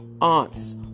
...aunts